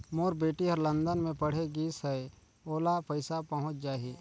मोर बेटी हर लंदन मे पढ़े गिस हय, ओला पइसा पहुंच जाहि?